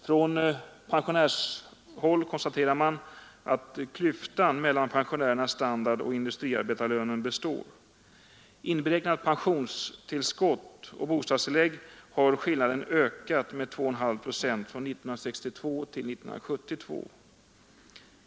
Från pensionärshåll konstateras att klyftan mellan pensionärernas standard och industriarbetarnas standard består. Med pensionstillskott och bostadstillägg inräknade har skillnaden ökat med 2,5 procent från 1962 till 1972.